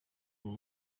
ubu